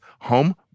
home